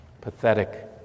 pathetic